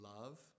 love